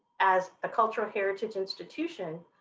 as a cultural heritage institution,